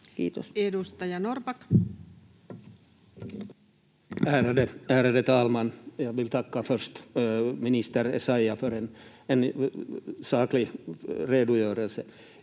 Kiitos. Edustaja Norrback. Ärade talman! Jag vill först tacka minister Essayah för en saklig redogörelse.